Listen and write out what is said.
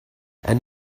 and